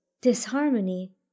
disharmony